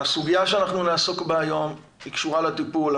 הסוגיה שאנחנו נעסוק בה היום קשורה לטיפול.